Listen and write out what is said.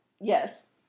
yes